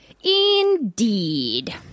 Indeed